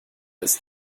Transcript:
ist